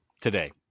today